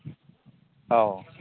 औ